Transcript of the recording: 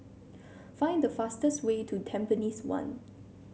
find the fastest way to Tampines one